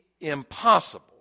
impossible